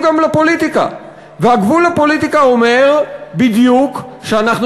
והגבול לפוליטיקה אומר בדיוק שאנחנו